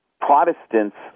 Protestants